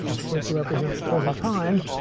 supposed to represent the present time.